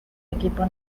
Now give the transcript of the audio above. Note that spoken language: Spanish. equipo